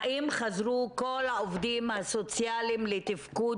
האם חזרו כל העובדים הסוציאליים לתפקוד